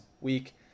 week